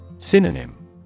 Synonym